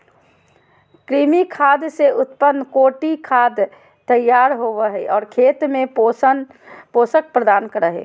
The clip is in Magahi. कृमि खाद से उत्तम कोटि खाद तैयार होबो हइ और खेत में पोषक प्रदान करो हइ